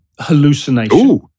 hallucination